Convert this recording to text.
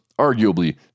arguably